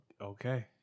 Okay